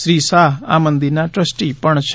શ્રી શાહ આ મંદિરના ટ્રસ્ટી પણ છે